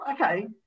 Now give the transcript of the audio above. okay